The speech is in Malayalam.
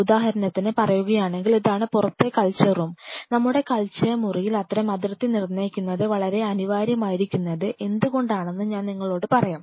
ഉദാഹരണത്തിന് പറയുകയാണെങ്കിൽ ഇതാണ് പുറത്തെ കൾച്ചർ റൂം നമ്മുടെ കൾച്ചർ മുറിയിൽ അത്തരം അതിർത്തി നിർണ്ണയിക്കുന്നത് വളരെ അനിവാര്യമായിരിക്കുന്നത് എന്തുകൊണ്ടാണെന്ന് ഞാൻ നിങ്ങളോട് പറയാം